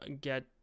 get